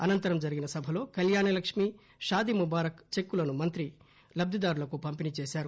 అనంతరం జరిగిన సభలో కల్యాణలక్ష్మి షాదీముబారక్ చెక్కులను మంత్రి లబ్లిదారులకు పంపిణీ చేశారు